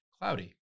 cloudy